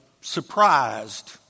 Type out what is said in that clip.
surprised